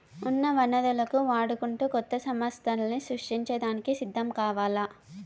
ఉన్న వనరులను వాడుకుంటూ కొత్త సమస్థల్ని సృష్టించే దానికి సిద్ధం కావాల్ల